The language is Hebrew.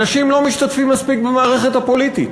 אנשים לא משתתפים מספיק במערכת הפוליטית.